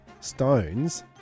stones